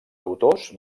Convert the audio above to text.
autors